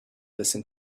listen